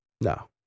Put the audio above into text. No